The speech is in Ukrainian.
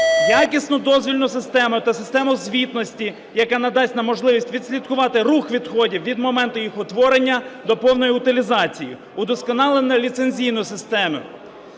Якісну дозвільну систему та систему звітності, яка надасть нам можливість відслідкувати рух відходів від моменту їх утворення до повної утилізації. Удосконалення ліцензійної системи.